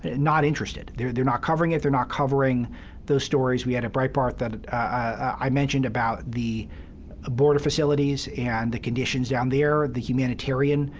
not interested. they're they're not covering it. they're not covering those stories we had at breitbart that i mentioned about the ah border facilities and the conditions down there, the humanitarian.